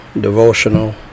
devotional